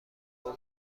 اما